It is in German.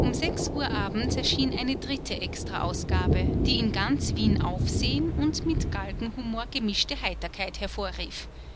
um sechs uhr abends erschien eine dritte extra ausgabe die in ganz wien aufsehen und mit galgenhumor gemischte heiterkeit hervorrief